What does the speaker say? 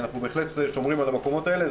אנחנו בהחלט שומרים על המקומות האלה.